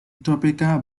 topeka